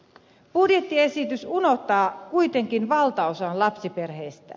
budjettiesitys unohtaa kuitenkin valtaosan lapsiperheistä